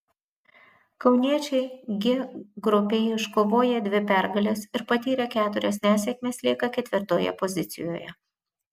kauniečiai g grupėje iškovoję dvi pergales ir patyrę keturias nesėkmes lieka ketvirtoje pozicijoje